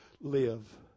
live